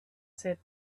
said